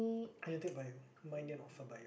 I never take Bio mine never offered Bio